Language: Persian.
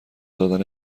دادن